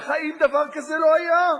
בחיים דבר כזה לא היה: